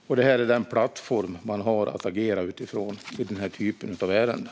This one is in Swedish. Skriften är den plattform man har att agera utifrån i den typen av ärenden.